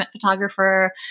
Photographer